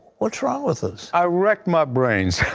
what's wrong with us? i rack my brains